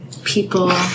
people